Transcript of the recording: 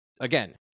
again